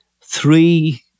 three